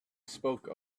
spoke